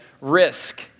risk